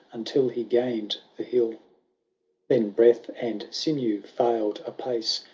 until he gainm the hill then breath and sinew failed apace.